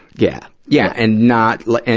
yeah. yeah. and not like,